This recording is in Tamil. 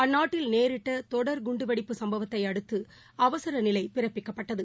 அந்நாட்டில் நேரிட்டதொடர்குண்டுவெடிப்பு சம்பவத்தைஅடுத்துஅவசரநிலைபிறப்பிக்கப்பட்டது